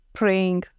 praying